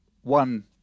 one